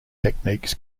techniques